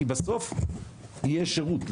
כי בסוף יהיה שירות.